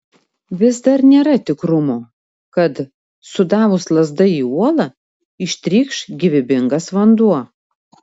vis dar nėra tikrumo kad sudavus lazda į uolą ištrykš gyvybingas vanduo